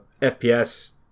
FPS